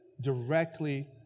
directly